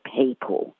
people